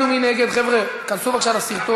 11 תומכים, אין מתנגדים, אין נמנעים.